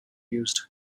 used